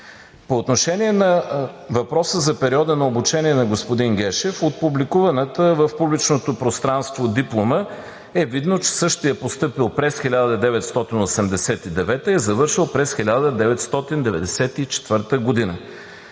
По отношение на въпроса за периода на обучение на господин Гешев. От публикуваната в публичното пространство диплома е видно, че същият е постъпил през 1989 г. и е завършил през 1994 г.,